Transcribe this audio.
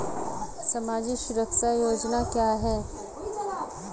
सामाजिक सुरक्षा योजना क्या है?